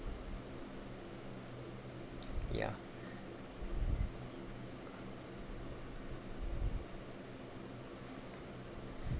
ya